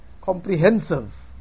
comprehensive